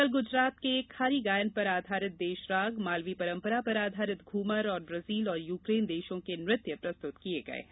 कल गुजरात के खारी गायन पर आधारित देशराग मालवी परंपरा पर आधारित घूमर और ब्राजील और यूकेन देशों के नृत्य प्रस्तुत किये गये हैं